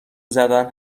زدن